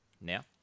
Now